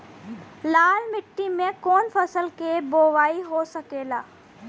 लाल मिट्टी में कौन फसल के बोवाई होखेला?